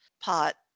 pot